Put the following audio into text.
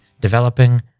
developing